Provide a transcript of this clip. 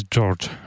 George